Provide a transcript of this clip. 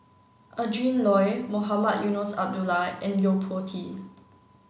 Adrin Loi Mohamed Eunos Abdullah and Yo Po Tee